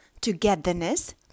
togetherness